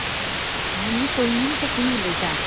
हांव न्ही पैंगीण साकून उलयतां